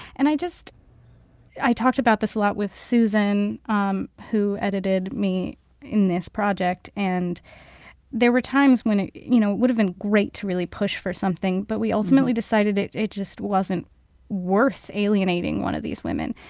and i just i talked about this a lot with suzanne, um who edited me in this project. and there were times when it you know would've been great to really push for something. but we ultimately decided it it just wasn't worth alienating one of these women.